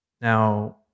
Now